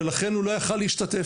ולכן הוא לא יכל להשתתף.